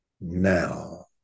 now